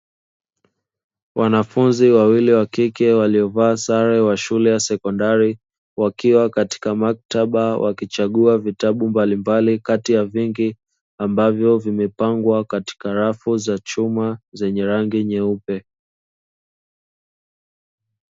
Wanafunzi wawili wakike waliovaa sare wa shule ya sekondari. Wakiwa katika maktaba wakichagua vitabu mbalimbali kati ya vingi ambavyo vimepangwa katika rafu za chuma, zenye rangi nyeupe.